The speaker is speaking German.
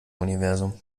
universum